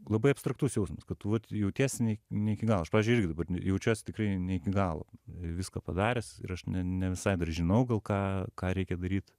labai abstraktus jausmas kad tu vat jautiesi ne iki galo aš pavyzdžiui irgi dabar ne jaučiuosi tikrai ne iki galo viską padaręs ir aš ne ne visai dar žinau gal ką ką reikia daryt